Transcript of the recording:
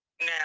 Now